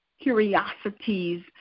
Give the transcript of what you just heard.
curiosities